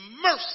mercy